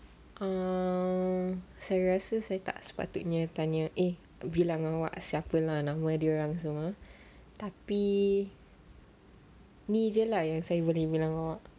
err saya rasa saya tak sepatutnya tanya eh bilang awak tak apa lah nama dia orang semua tapi ni jer lah yang saya boleh bilang awak